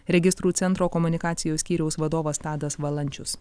registrų centro komunikacijos skyriaus vadovas tadas valančius